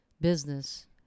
business